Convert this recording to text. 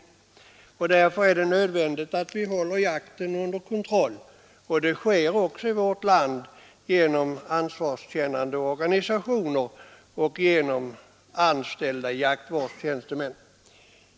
Därför är det nödvändigt att hålla jakten under kontroll. Detta sker också i vårt land genom ansvarskännande organisationer och genom anställda jaktvårdstjänstemän.